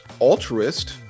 Altruist